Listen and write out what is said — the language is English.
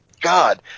God